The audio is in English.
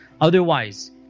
Otherwise